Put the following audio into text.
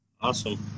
Awesome